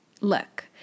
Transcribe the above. look